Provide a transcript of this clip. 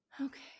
Okay